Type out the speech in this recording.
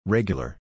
Regular